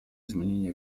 изменение